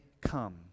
come